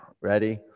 Ready